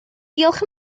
diolch